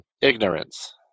ignorance